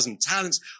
talents